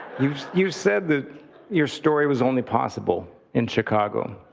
you've you've said that your story was only possible in chicago.